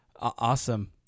awesome